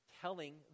telling